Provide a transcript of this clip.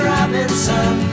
Robinson